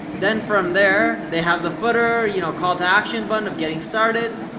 then from there, they have the footer, you know call to action button of getting started,